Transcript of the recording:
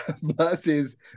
versus